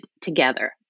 together